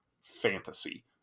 fantasy